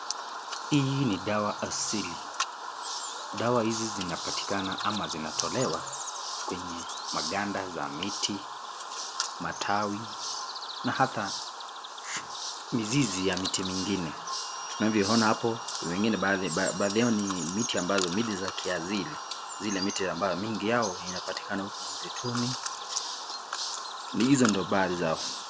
Hii ni dawa asili. Dawa hizi zinapatikana ama zinatolewa kwenye maganda za miti, matawi na ata mizizi ya miti mingine. Tunavyoona hapo zingine baadhi yao ni miti za kiasili, zile miti ambayo mingi yao inapatikana uku msituni , ni hizo ndio baadhi zao.